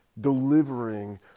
delivering